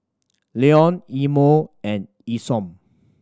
Leon Imo and Isom